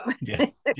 Yes